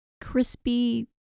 crispy